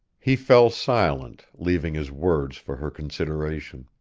he fell silent, leaving his words for her consideration.